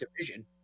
division